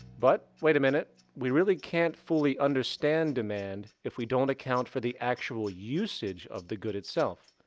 but, wait a minute. we really can't fully understand demand if we don't account for the actual usage of the good itself.